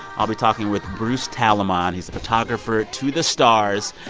i'll be talking with bruce talamon. he's a photographer to the stars.